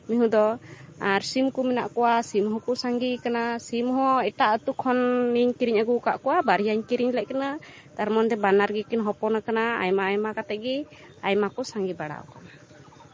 ᱢᱤᱭᱦᱩ ᱫᱚ ᱟᱨ ᱥᱤᱢ ᱠᱚ ᱢᱮᱱᱟᱜ ᱠᱚᱣᱟ ᱥᱤᱢ ᱦᱚᱸᱠᱚ ᱥᱟᱸᱜᱮ ᱟᱠᱟᱱᱟ ᱥᱤᱢ ᱦᱚᱸ ᱮᱴᱟᱜ ᱟᱹᱛᱩ ᱠᱷᱚᱱᱤᱧ ᱠᱤᱨᱤᱧ ᱟᱹᱜᱩ ᱟᱠᱟᱫ ᱠᱚᱣᱟ ᱵᱟᱨᱭᱟᱧ ᱠᱤᱨᱤᱧ ᱞᱮᱫ ᱠᱤᱱᱟᱹ ᱛᱟᱨ ᱢᱚᱫᱽᱫᱷᱮ ᱵᱟᱱᱟᱨ ᱜᱮᱠᱤᱱ ᱦᱚᱯᱚᱱ ᱟᱠᱟᱱᱟ ᱟᱭᱢᱟ ᱟᱭᱢᱟ ᱠᱟᱛᱮᱜ ᱜᱮ ᱟᱭᱢᱟ ᱠᱚ ᱥᱟᱸᱜᱮ ᱵᱟᱲᱟ ᱟᱠᱟᱱᱟ